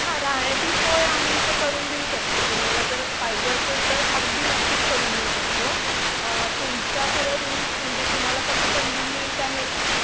हां राहण्याची सोय आम्ही इथे करून देऊ शकतो तुम्हाला जर पाहिजे असेल तर अगदी नक्कीच करून देऊ शकतो तुमच्या खरं रूम्स म्हणजे तुम्हाला कसं कन्विनियंट आहे ते